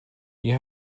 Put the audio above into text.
you